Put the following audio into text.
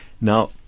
Now